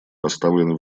поставлены